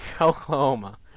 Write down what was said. Oklahoma